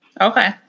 Okay